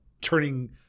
turning